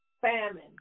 famine